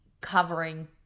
covering